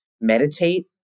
meditate